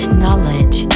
knowledge